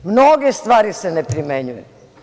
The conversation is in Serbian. Mnoge stvari se ne primenjuju.